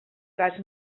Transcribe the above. gas